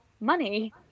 money